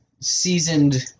seasoned